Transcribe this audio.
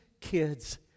kids